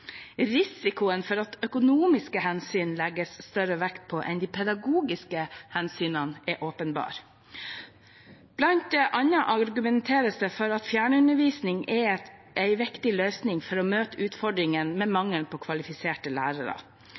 Risikoen for at økonomiske hensyn legges større vekt på enn de pedagogiske hensynene, er åpenbar. Blant annet argumenteres det for at fjernundervisning er en viktig løsning for å møte utfordringen med mangel på kvalifiserte lærere.